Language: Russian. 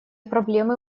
проблемы